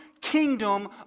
kingdom